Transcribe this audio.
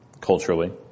culturally